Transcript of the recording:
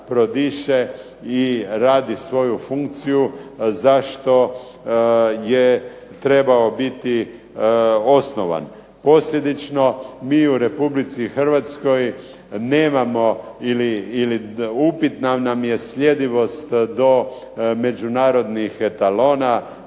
i radi svoju funkciju za što je trebao biti osnovan. Posljedično mi u RH nemamo ili upitna nam je sljedivost do međunarodnih etalona,